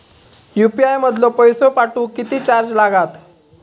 UPI मधलो पैसो पाठवुक किती चार्ज लागात?